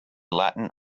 latin